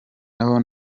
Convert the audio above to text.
naho